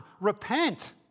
Repent